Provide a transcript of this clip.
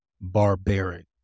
barbaric